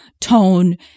tone